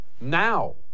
Now